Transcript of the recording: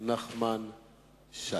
נחמן שי.